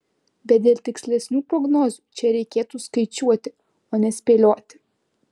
bet dėl tikslesnių prognozių čia reikėtų skaičiuoti o ne spėlioti